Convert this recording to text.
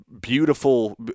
Beautiful